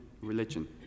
religion